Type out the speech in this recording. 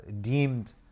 deemed